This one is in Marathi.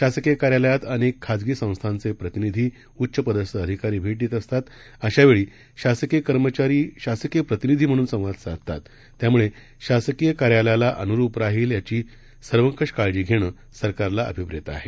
शासकीयकार्यालयातअनेकखाजगीसंस्थांचेप्रतिनिधी उच्चप्रद्स्थअधिकारीभेटदेतअसतात अशावेळीशासकीयकर्मचारीशासकीयप्रतिनिधीम्हणूनसंवादसाधतातत्यामुळेशासकीयकार्याल यालाअनुरुपराहील याचीसर्वकषकाळजीघेणं सरकारलाअभिप्रेतआहे